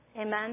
Amen